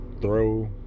Throw